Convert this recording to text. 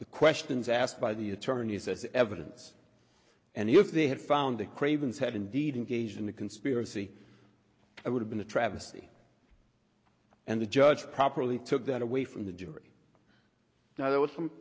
the questions asked by the attorney says evidence and if they had found the cravens had indeed engaged in a conspiracy it would have been a travesty and the judge properly took that away from the jury now there was some